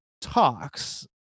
talks